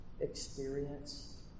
experience